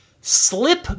Slip